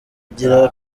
gira